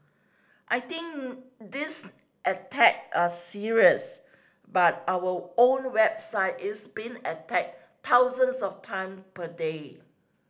I think these attack are serious but our own website is being attacked thousands of time per day